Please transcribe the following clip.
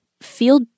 feel